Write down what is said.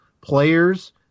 players